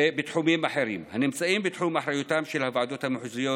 ובתחומים אחרים הנמצאים בתחום אחריותן של הוועדות המחוזיות